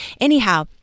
anyhow